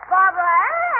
Barbara